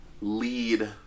lead